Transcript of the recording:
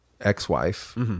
ex-wife